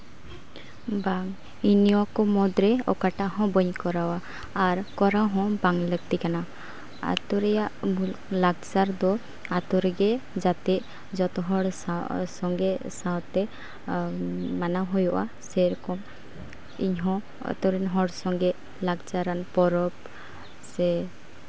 ᱵᱟᱝ ᱤᱧ ᱱᱚᱣᱟᱠᱚ ᱢᱩᱫᱽᱨᱮ ᱚᱠᱟᱴᱟᱜ ᱦᱚᱸ ᱵᱟᱹᱧ ᱠᱚᱨᱟᱣᱟ ᱟᱨ ᱠᱚᱨᱟᱣ ᱦᱚᱸ ᱵᱟᱝ ᱞᱟᱹᱠᱛᱤ ᱠᱟᱱᱟ ᱟᱹᱛᱩ ᱨᱮᱭᱟᱜ ᱞᱟᱠᱪᱟᱨ ᱫᱚ ᱟᱹᱛᱩ ᱨᱮᱜᱮ ᱡᱟᱛᱮ ᱡᱚᱛᱚ ᱦᱚᱲ ᱥᱚᱸᱜᱮ ᱥᱟᱶᱛᱮ ᱢᱟᱱᱟᱣ ᱦᱩᱭᱩᱜᱼᱟ ᱥᱮᱭ ᱨᱚᱠᱚᱢ ᱤᱧᱦᱚᱸ ᱟᱹᱛᱩ ᱨᱮᱱ ᱦᱚᱲ ᱥᱚᱸᱜᱮ ᱞᱟᱠᱪᱟᱨᱟᱱ ᱯᱚᱨᱚᱵᱽ ᱥᱮ